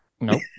No